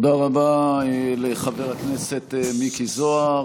תודה רבה לחבר הכנסת מיקי זוהר.